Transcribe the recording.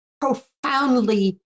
profoundly